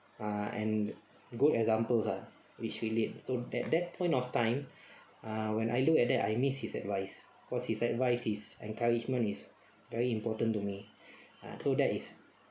uh and good examples ah which relate so that that point of time ah when I look at that I miss his advice because his advice is encouragement is very important to me ah so that is